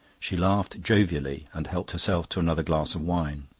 she laughed jovially, and helped herself to another glass of wine.